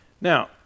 Now